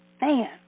Man